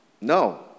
No